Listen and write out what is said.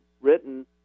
written